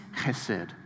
chesed